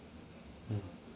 mm